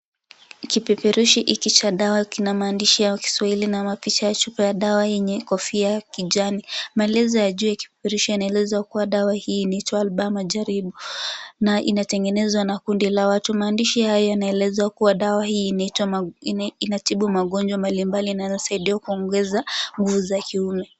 Kipeperushi hiki cha dawa kina maandishiya kiswahili na mapicha ya chupa ya dawa yenye kofia ya kijani. Maelezo ya juu ya kifurushi yanaeleza dawa hii inaitwa Albaa Mujarrabu na inatengenezwa na kundi la watu. Maandishi haya yanaeleza kuwa dawa hii inaitwa ina inatibu magonjwa mbali mbali na inasaidia kuongeza nguvu za kiume.